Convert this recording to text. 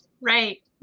Right